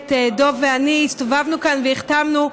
דב ואני הסתובבנו כאן והחתמנו,